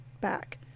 back